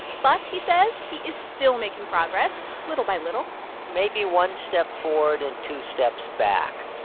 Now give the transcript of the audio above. but, he says, he is still making progress little by little maybe one step forward and two steps back.